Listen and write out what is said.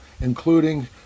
including